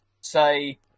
say